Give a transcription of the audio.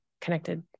connected